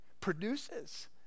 produces